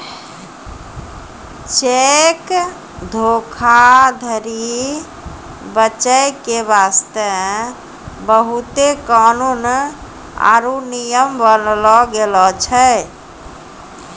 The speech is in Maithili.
चेक धोखाधरी बचै के बास्ते बहुते कानून आरु नियम बनैलो गेलो छै